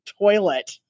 toilet